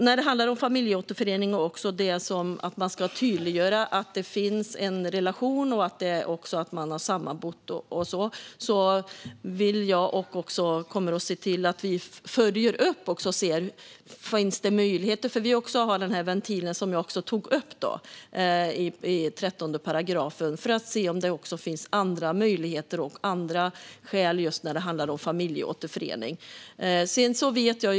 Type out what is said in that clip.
När det handlar om familjeåterförening och att man ska tydliggöra att det finns en relation liksom att man har sammanbott och så vidare vill jag se till att vi också följer upp om det finns möjligheter. Vi har ju ventilen i 13 § som jag nämnde, men vi måste följa upp och se om det också finns andra skäl och möjligheter när det handlar om familjeåterförening.